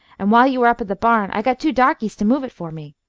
and while you were up at the barn i got two darkeys to move it for me.